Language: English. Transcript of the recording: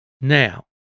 Now